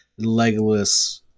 legolas